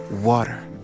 water